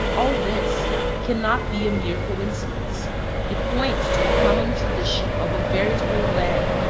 all this cannot be a mere coincidence it points to a common tradition of a veritable land,